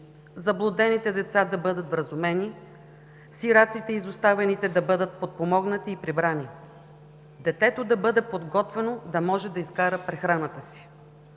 заблудените деца да бъдат вразумени, сираците и изоставените да бъдат подпомогнати и прибрани, детето да бъде подготвено да може да изкара прехраната си.